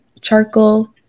charcoal